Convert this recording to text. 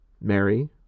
mary